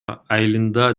айылында